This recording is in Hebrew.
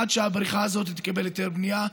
עד שהבריכה הזאת תקבל היתר בנייה,